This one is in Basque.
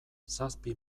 zazpi